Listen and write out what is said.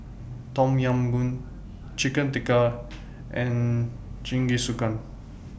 Tom Yam Goong Chicken Tikka and Jingisukan